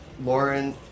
Lauren